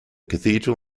cathedral